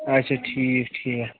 اَچھا ٹھیٖک ٹھیٖک